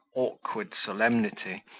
awkward solemnity,